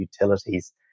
utilities